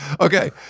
Okay